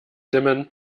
dimmen